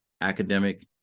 academic